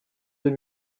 deux